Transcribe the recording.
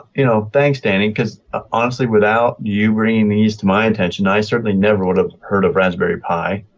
you know. thanks danny. because ah honestly without you bringing these to my attention, i certainly never would have heard of raspberry pi.